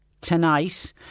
tonight